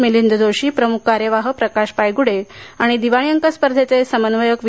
मिलिंद जोशी प्रमुख कार्यवाह प्रकाश पायग़्डे दिवाळी अंक स्पर्धेचे समन्वयक वि